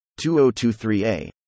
2023a